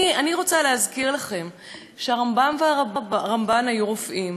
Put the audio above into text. אני רוצה להזכיר לכם שהרמב"ם והרמב"ן היו רופאים,